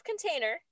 container